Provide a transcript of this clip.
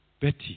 Betty